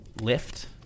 lift